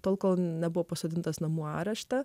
tol kol nebuvo pasodintas namų areštą